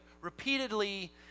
repeatedly